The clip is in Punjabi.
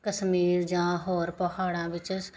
ਕਸ਼ਮੀਰ ਜਾਂ ਹੋਰ ਪਹਾੜਾਂ ਵਿੱਚ